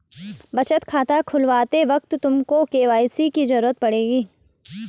बचत खाता खुलवाते वक्त तुमको के.वाई.सी की ज़रूरत पड़ेगी